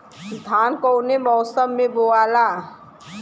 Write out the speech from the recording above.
धान कौने मौसम मे बोआला?